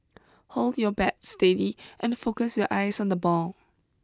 hold your bat steady and focus your eyes on the ball